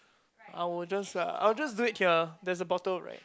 I will just uh I will just do it here there's a bottle right